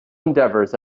endeavors